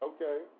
Okay